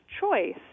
choice